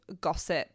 gossip